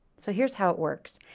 so here's how it works.